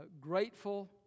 grateful